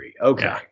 Okay